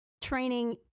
training